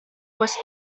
was